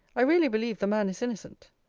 i really believe the man is innocent.